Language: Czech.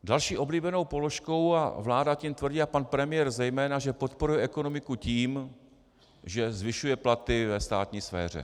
Další oblíbenou položkou, a vláda tím tvrdí a pan premiér zejména, že podporuje ekonomiku tím, že zvyšuje platy ve státní sféře.